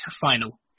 final